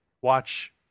Watch